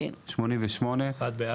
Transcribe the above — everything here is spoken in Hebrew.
88. הצבעה בעד,